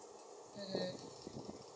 mmhmm